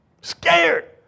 scared